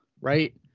right